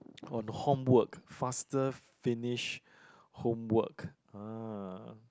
on homework faster finish homework ah